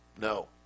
No